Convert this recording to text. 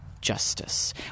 justice